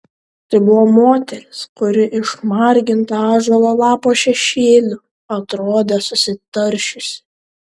tai buvo moteris kuri išmarginta ąžuolo lapo šešėlių atrodė susitaršiusi